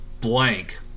blank